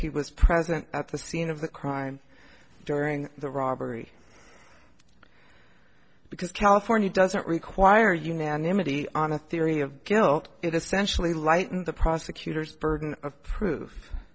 he was present at the scene of the crime during the robbery because california doesn't require unanimously on a theory of guilt it essentially lighten the prosecutor's burden of proof